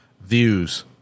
views